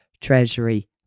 treasury